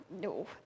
no